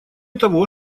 того